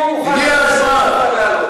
הגיע הזמן.